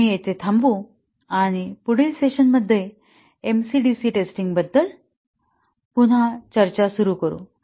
तर आम्ही येथे थांबू आणि पुढील सेशन मध्ये एमसी डीसी टेस्टिंग बद्दल पुन्हा चर्चा सुरू करू